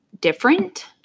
different